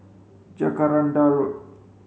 Jacaranda Road